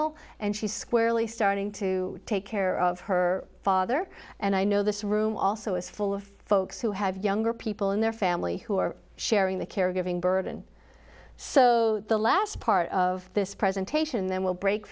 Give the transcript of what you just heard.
l and she's squarely starting to take care of her father and i know this room also is full of folks who have younger people in their family who are sharing the caregiving burden so the last part of this presentation then will break